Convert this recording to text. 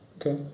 Okay